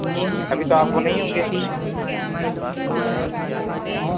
ابھی تو آپ وہ نہیں ہوں گے